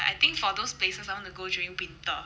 I think for those places I want to go during winter